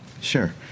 Sure